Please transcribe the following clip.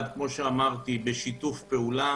מתווה בשיתוף פעולה